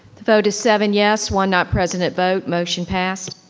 vote is seven yes, one not present at vote, motion passed.